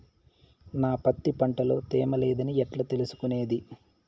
నా పత్తి పంట లో తేమ లేదని ఎట్లా తెలుసుకునేది?